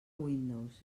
windows